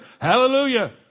hallelujah